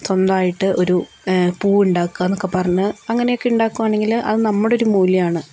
സ്വന്തമായിട്ട് ഒരു പൂവുണ്ടാക്കുക എന്നൊക്കെ പറഞ്ഞു അങ്ങനെക്കെ ഉണ്ടാക്കുവാണെങ്കില് അത് നമ്മുടെ ഒരു മൂല്യമാണ്